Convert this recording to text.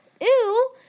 Ew